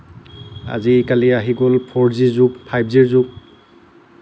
আজিকালি আহি গ'ল ফ'ৰ জি যুগ ফাইভ জি যুগ